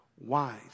wise